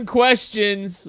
questions